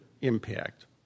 impact